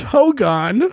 Togon